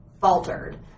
faltered